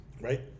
right